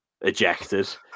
ejected